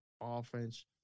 offense